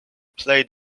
play